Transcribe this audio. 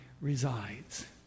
resides